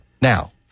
now